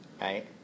right